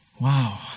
Wow